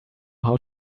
how